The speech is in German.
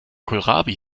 kohlrabi